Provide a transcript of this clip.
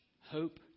hope